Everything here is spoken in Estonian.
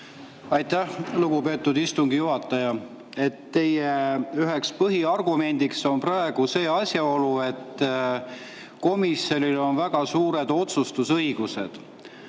Aitäh, lugupeetud istungi juhataja! Teie üheks põhiargumendiks on praegu see, et komisjonil on väga suur otsustusõigus.